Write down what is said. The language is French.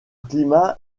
climat